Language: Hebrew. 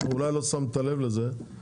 אולי לא שמת לב לזה,